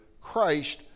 Christ